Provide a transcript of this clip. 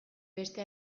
beste